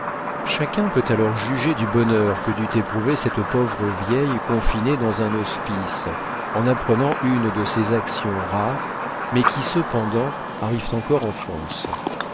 chacun peut alors juger du bonheur que dut éprouver cette pauvre vieille confinée dans un hospice en apprenant une de ces actions rares mais qui cependant arrivent encore en france